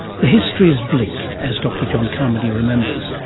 the history is bleak, as dr john carmody remembers.